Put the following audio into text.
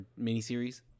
miniseries